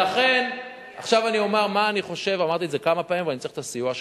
אבל 1,800 זה לא,